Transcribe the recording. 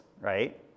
right